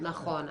נכון.